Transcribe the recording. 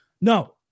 no